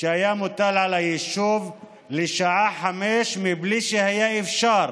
שהיה מוטל על היישוב לשעה 17:00 מבלי שהיה אפשר